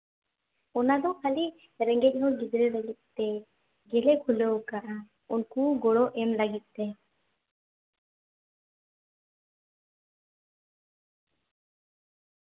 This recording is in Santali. ᱚᱱᱟ ᱫᱚ ᱠᱷᱟᱹᱞᱤ ᱨᱮᱸᱜᱮᱡ ᱦᱚᱲ ᱨᱮᱱ ᱜᱤᱫᱽᱨᱟᱹ ᱞᱟᱹᱜᱤᱫ ᱛᱮ ᱜᱮᱞᱮ ᱠᱷᱩᱞᱟᱹᱣ ᱟᱠᱟᱫᱼᱟ ᱩᱱᱠᱩ ᱜᱚᱲᱚ ᱮᱢ ᱞᱟᱹᱜᱤᱫ ᱛᱮ